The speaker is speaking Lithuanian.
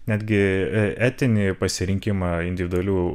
netgi etinį pasirinkimą individualių